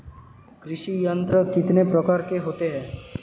कृषि यंत्र कितने प्रकार के होते हैं?